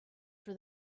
for